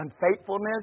Unfaithfulness